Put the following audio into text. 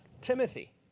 Timothy